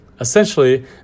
Essentially